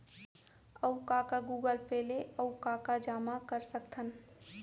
अऊ का का गूगल पे ले अऊ का का जामा कर सकथन?